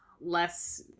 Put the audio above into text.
less